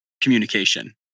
communication